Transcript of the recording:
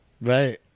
Right